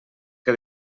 què